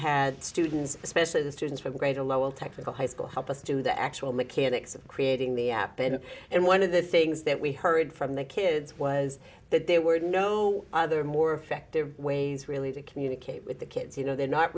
had students especially the students with greater lowell technical high school help us do the actual mechanics of creating the app and one of the things that we heard from the kids was that there were no other more effective ways really to communicate with the kids you know they're not